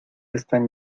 están